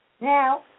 Now